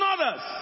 others